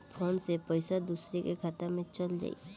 Phone से पईसा दूसरे के खाता में चल जाई?